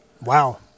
Wow